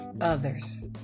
others